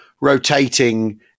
rotating